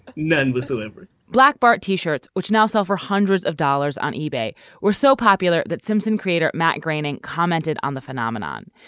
ah none whatsoever black bart t-shirts which now sell for hundreds of dollars on ebay were so popular that simpson creator matt groening commented on the phenomenon.